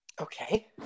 Okay